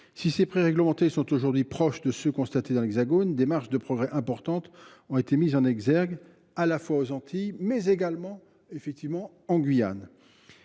Si ces prix réglementés sont aujourd’hui proches de ceux qui sont constatés dans l’Hexagone, des marges de progrès importantes ont été mises en exergue, à la fois aux Antilles et en Guyane.